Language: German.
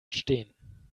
stehen